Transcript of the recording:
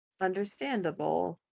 Understandable